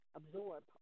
absorb